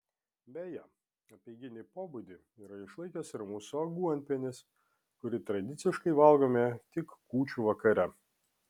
beje apeiginį pobūdį yra išlaikęs ir mūsų aguonpienis kurį tradiciškai valgome tik kūčių vakare